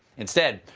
instead,